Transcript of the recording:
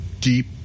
Deep